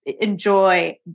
enjoy